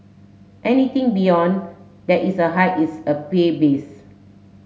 anything beyond that is a hike is a babies